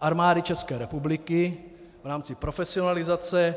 Armády České republiky v rámci profesionalizace.